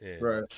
Right